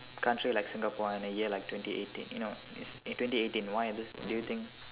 country like Singapore in a year like twenty eighteen you know in twenty eighteen why is this do you think